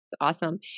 Awesome